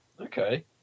Okay